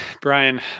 Brian